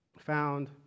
found